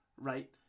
right